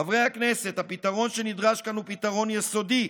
חברי הכנסת, הפתרון שנדרש כאן הוא פתרון יסודי.